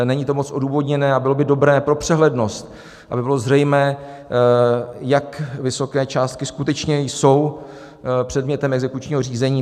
Není to moc odůvodněné a bylo by dobré pro přehlednost, aby bylo zřejmé, jak vysoké částky skutečně jsou předmětem exekučního řízení.